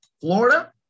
Florida